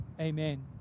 amen